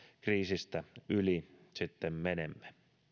kriisistä yli sitten menemme